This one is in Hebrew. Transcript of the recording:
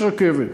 יש רכבת,